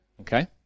Okay